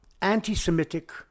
anti-Semitic